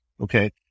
okay